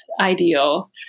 ideal